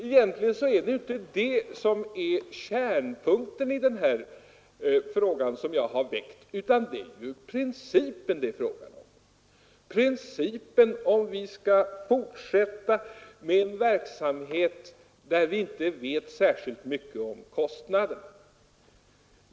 Egentligen är detta inte kärnpunkten i den här frågan som jag väckt, utan det är principen: om vi skall fortsätta med en verksamhet där vi inte vet särskilt mycket om kostnaderna.